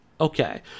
Okay